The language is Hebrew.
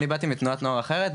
אני באתי מתנועת נוער אחרת,